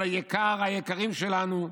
על יקר היקרים שלנו,